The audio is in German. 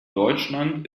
deutschland